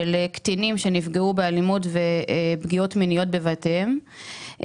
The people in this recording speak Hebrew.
קטינים שנפגעו באלימות ופגיעות מיניות בבתיהם,